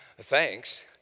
thanks